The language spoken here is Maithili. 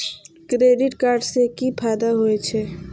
क्रेडिट कार्ड से कि फायदा होय छे?